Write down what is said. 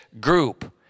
group